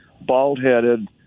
bald-headed